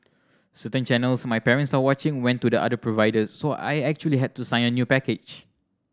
certain channels my parents are watching went to the other providers so I actually had to sign a new package